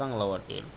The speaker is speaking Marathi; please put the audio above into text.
चांगला वाटेल